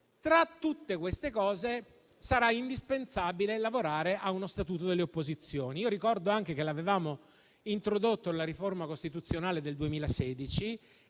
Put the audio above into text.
Tra tutte queste cose, sarà indispensabile lavorare a uno statuto delle opposizioni. Ricordo anche che l'avevamo introdotto nella riforma costituzionale del 2016